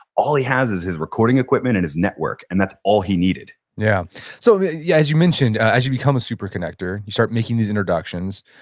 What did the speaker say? all he has is his recording equipment and his network. and that's all he needed yeah so yeah as you mentioned, as you become a super connector you start making these introductions,